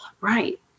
Right